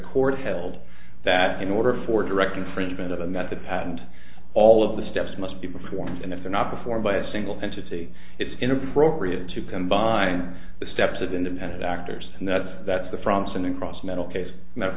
court held that in order for direct infringement of a method patent all of the steps must be performed and if an opera formed by a single entity it's inappropriate to combine the steps of independent actors and that's that's the front and across mental case